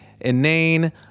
inane